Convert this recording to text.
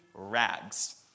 rags